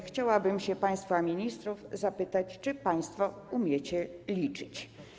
Chciałabym się państwa ministrów zapytać, czy państwo umiecie liczyć.